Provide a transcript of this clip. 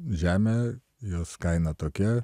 žemę jos kaina tokia